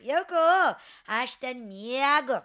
jauku aš ten miegu